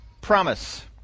promise